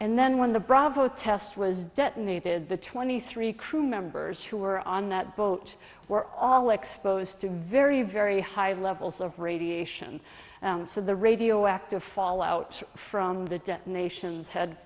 and then when the bravo test was detonated the twenty three crewmembers who were on that boat were all exposed to very very high levels of radiation so the radioactive fallout from the detonations had